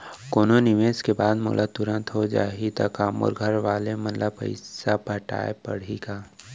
कोनो निवेश के बाद मोला तुरंत हो जाही ता का मोर घरवाले मन ला पइसा पटाय पड़ही का?